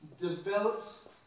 develops